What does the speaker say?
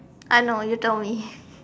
I know you told me